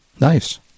Nice